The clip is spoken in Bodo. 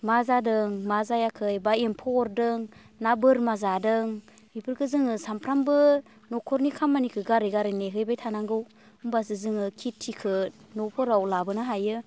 मा जादों मा जायाखै एबा एम्फौ अरदों ना बोरमा जादों बेफोरखौ जोङो सानफ्रोमबो न'खरनि खामानिखौ गारै गारै नेहैबाय थानांगौ होनबासो जोङो खेथिखौ न'फोराव लाबोनो हायो